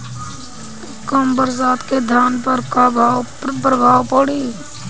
कम बरसात के धान पर का प्रभाव पड़ी?